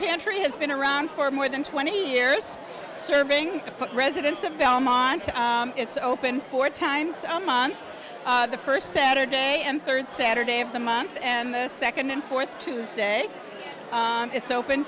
pantry has been around for more than twenty years serving residents of belmont it's open four times a month the first saturday and third saturday of the month and the second in fourth tuesday it's open